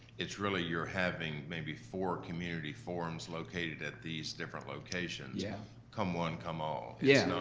it's really you're having maybe four community forums located at these different locations. yeah come one, come all. yeah,